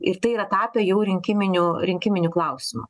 ir tai yra tapę jų rinkiminiu rinkiminiu klausimu